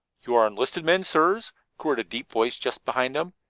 you are enlisted men, sirs? queried a deep voice just behind them,